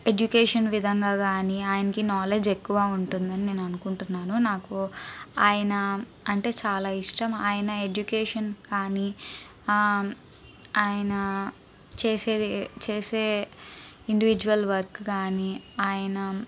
education విధంగా కానీ ఆయనకి నాలెడ్జ్ ఎక్కువ ఉంటుందని నేను అనుకుంటున్నాను నాకు ఆయన అంటే చాలా ఇష్టం ఆయన ఎడ్యుకేషన్ కానీ ఆయన చేసే చేసే ఇండివిజువల్ వర్క్ కానీ ఆయనా